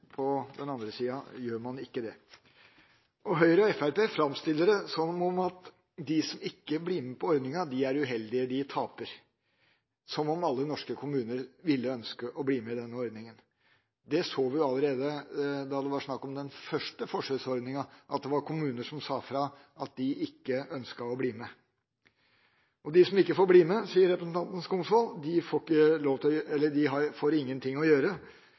på den andre siden gjør man ikke det. Høyre og Fremskrittspartiet framstiller det som om de som ikke blir med på ordningen, er uheldige, de taper, som om alle norske kommuner ville ønske å bli med i denne ordningen. Vi så allerede da det var snakk om den første forsøksordningen, at det var kommuner som sa fra at de ikke ønsket å bli med. De som ikke blir med, sier representanten Skumsvoll, får ingenting å gjøre. Men det må i så fall være etter at Fremskrittspartiet har vunnet fram med en politikk som fratar kommunen alt ansvar for